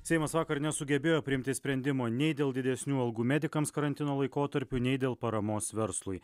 seimas vakar nesugebėjo priimti sprendimo nei dėl didesnių algų medikams karantino laikotarpiu nei dėl paramos verslui